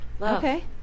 Okay